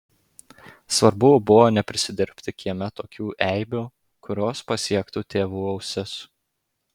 svarbu buvo neprisidirbti kieme tokių eibių kurios pasiektų tėvų ausis